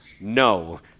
No